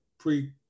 Pre